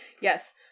Yes